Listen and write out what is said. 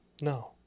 no